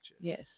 Yes